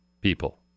people